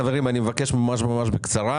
חברים, אני מבקש ממש בקצרה.